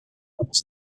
levels